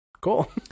cool